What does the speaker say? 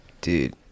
dude